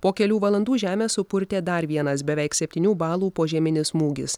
po kelių valandų žemę supurtė dar vienas beveik septynių balų požeminis smūgis